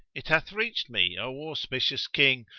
it hath reached me, o auspicious king,